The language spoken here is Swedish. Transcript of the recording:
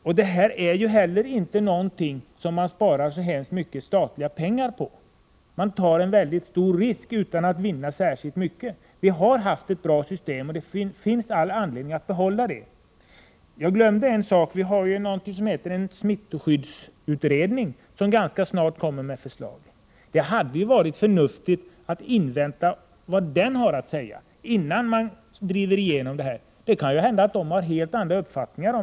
Man sparar heller inte så mycket statliga pengar på ändringen. Man tar en väldigt stor risk utan att vinna särskilt mycket. Vi har haft ett bra system, och det finns all anledning att behålla det. Jag glömde en sak förut. Det pågår en smittskyddsutredning som ganska snart kommer med förslag. Det hade ju varit förnuftigt att invänta vad den har att säga, innan man beslutar sig för en ändring. Det kan ju hända att utredningen har helt andra uppfattningar.